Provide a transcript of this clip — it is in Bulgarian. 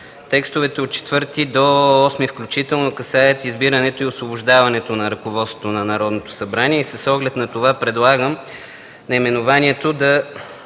Текстовете от чл. 4 до чл. 8 включително касаят избирането и освобождаването на ръководство на Народното събрание. С оглед на това предлагам наименованието да